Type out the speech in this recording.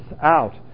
out